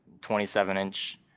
27-inch